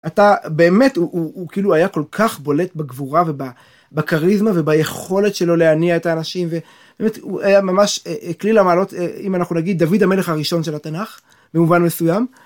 אתה באמת הוא.. הוא.. הוא כאילו היה כל כך בולט בגבורה וב.. בכריזמה וביכולת שלו להניע את האנשים ו.. באמת, הוא היה ממש כליל המעלות אם אנחנו נגיד דוד המלך הראשון של התנך במובן מסוים.